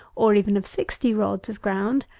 or even of sixty rods of ground,